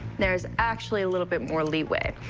there's actually a little bit more leeway.